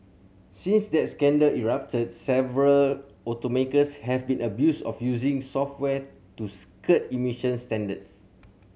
since that scandal erupted several automakers have been abused of using software to skirt emissions standards